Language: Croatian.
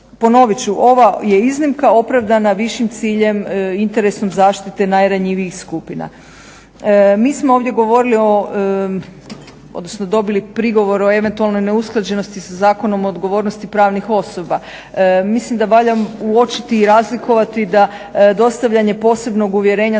ova je iznimka opravdana višim ciljem i interesom zaštite najranjivijih skupina. Mi smo ovdje govorili, odnosno dobili prigovor o eventualnoj neusklađenosti sa Zakonom o odgovornosti pravnih osoba. Mislim da valja uočiti i razlikovati da dostavljanje posebnog uvjerenja